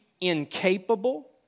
incapable